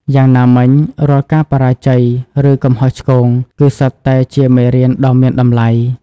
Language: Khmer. យ៉ាងណាមិញ រាល់ការបរាជ័យ ឬកំហុសឆ្គង គឺសុទ្ធតែជាមេរៀនដ៏មានតម្លៃ។